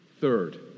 Third